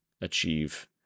achieve